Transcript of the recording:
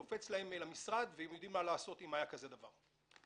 המידע קופץ אליהם למשרד והם יודעים מה לעשות כאשר יש דבר כזה,